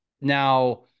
Now-